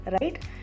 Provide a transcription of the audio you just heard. right